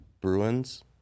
Bruins